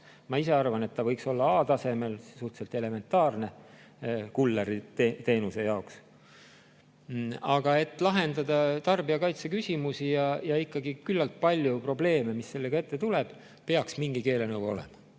Ma ise arvan, et võiks olla A‑tasemel, suhteliselt elementaarne kulleriteenuse jaoks. Aga et lahendada tarbijakaitse küsimusi ja ikkagi küllalt palju probleeme, mis sellega ette tuleb, peaks mingi keelenõue olema,